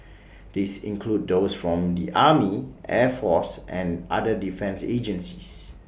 this include those from the army air force and other defence agencies